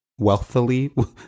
wealthily